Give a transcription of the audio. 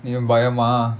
பயமா:bayamaa